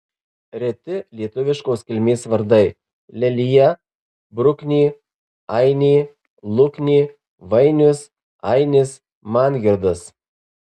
reti lietuviškos kilmės vardai lelija bruknė ainė luknė vainius ainis mangirdas